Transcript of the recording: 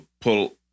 pull